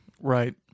Right